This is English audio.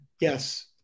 Yes